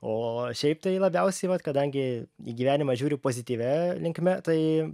o šiaip tai labiausiai vat kadangi į gyvenimą žiūriu pozityvia linkme tai